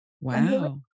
wow